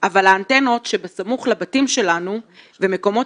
אבל האנטנות שבסמוך לבתים שלנו ומקומות